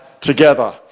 together